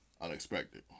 unexpected